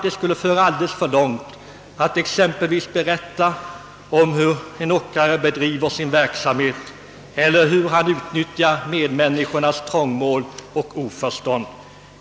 Det skulle föra alldeles för långt att exempelvis berätta om hur en ockrare bedriver sin verksamhet eller hur han utnyttjar medmänniskornas trångmål och oförstånd.